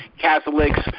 Catholics